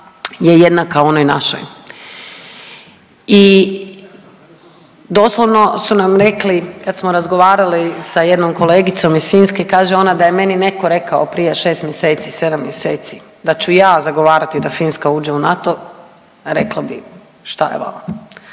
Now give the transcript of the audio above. je jednaka onoj našoj i doslovno su nam rekli kada smo razgovarali sa jednom kolegicom iz Finske, kaže ona: „Da je meni netko rekao prije 6 mjeseci, 7 mjeseci da ću ja zagovarati da Finska uđe u NATO“, rekla bih što je vama,